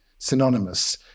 synonymous